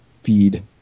feed